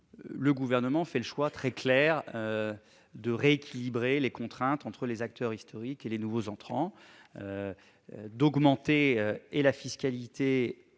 Le Gouvernement a fait un choix très clair : celui de rééquilibrer les contraintes entre les acteurs historiques et les nouveaux entrants, d'augmenter, pour les